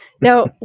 Now